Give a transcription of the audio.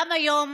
היום